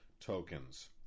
tokens